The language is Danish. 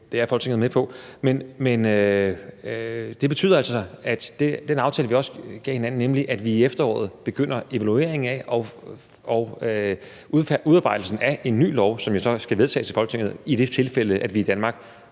vi også lavede med hinanden, var, at vi i efteråret begynder evalueringen af det og udarbejdelsen af en ny lov, som jo så skal vedtages i Folketinget i det tilfælde, at vi i Danmark